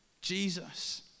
Jesus